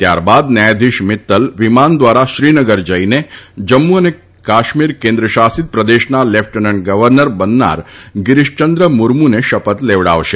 ત્યારબાદ ન્યાયાધીશ મિત્તલ વિમાન ધ્વારા શ્રીનગર જઇને જમ્મુ અને કાશ્મીર કેન્દ્ર શાસિત પ્રદેશના લેફટનન્ટ ગવર્નર બનનાર ગીરીશચંદ્ર મુર્મુને શપથ લેવડાવશે